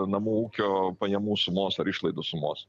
namų ūkio pajamų sumos ar išlaidų sumos